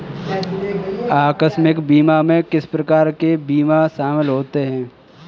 आकस्मिक बीमा में किस प्रकार के बीमा शामिल होते हैं?